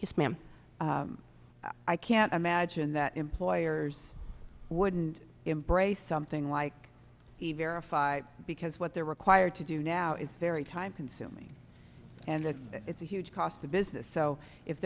yes ma'am i can't imagine that employers wouldn't embrace something like a verify because what they're required to do now is very time consuming and it's a huge cost of business so if